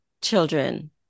children